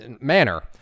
manner